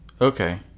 Okay